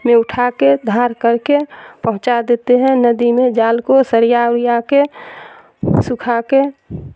میں اٹھا کے دھر کر کے پہنچا دیتے ہیں ندی میں جال کو سریا اریا کے سکھا کے